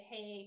Hey